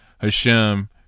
Hashem